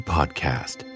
Podcast